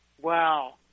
Wow